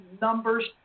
numbers